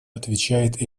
отвечает